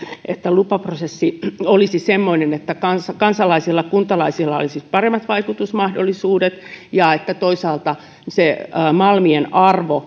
että lupaprosessi olisi semmoinen että kansalaisilla kuntalaisilla olisi paremmat vaikutusmahdollisuudet ja että toisaalta malmien